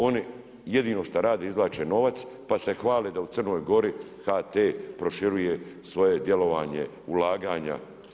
Oni jedino šta rade, izvlače novac pa se hvale da u Crnoj Gori HT proširuje svoje djelovanje ulaganja.